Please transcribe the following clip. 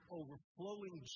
overflowing